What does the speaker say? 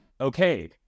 Okay